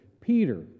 Peter